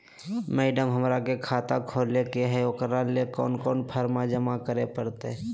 Madam, हमरा के खाता खोले के है उकरा ले कौन कौन फारम जमा करे परते?